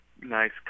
nice